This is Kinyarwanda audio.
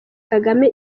kagame